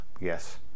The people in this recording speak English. yes